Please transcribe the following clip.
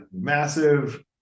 massive